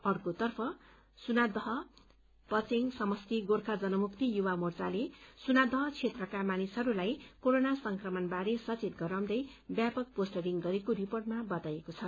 अर्कोतर्फ सुनादह पचेंग समष्टी गोर्खा जनमुक्ति युवा मोर्चाले सुनादह क्षेत्रका मानिसहरूलाई कोरोना संक्रमण बारे सचेत गराउँदै व्यापक पोस्टरिंग गरेको रिपोर्टमा बताइएको छ